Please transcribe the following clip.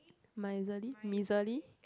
miserly miserly